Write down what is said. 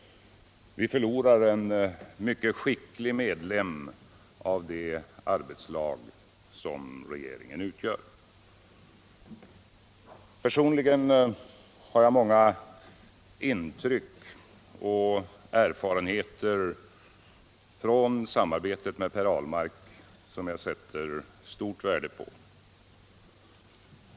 Vi förlorar en mycket skicklig medlem i det arbetslag som regeringen utgör. Personligen har jag många intryck och erfarenheter från samarbetet med Per Ahlmark som jag sätter stort värde på.